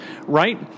right